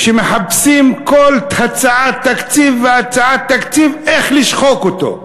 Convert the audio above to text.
שמחפשים כל הצעת תקציב והצעת תקציב איך לשחוק אותו.